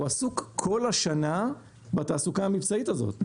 הוא עסוק כל השנה בתעסוקה המבצעית הזאת.